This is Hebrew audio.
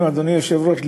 אדוני היושב-ראש,